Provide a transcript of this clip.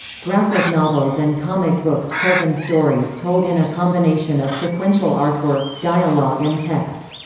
graphic novels and comic books present stories told in a combination of sequential artwork, dialogue and text.